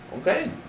Okay